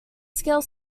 scale